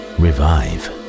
revive